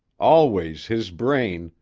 always his brain,